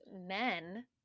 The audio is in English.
men